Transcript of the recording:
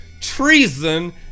treason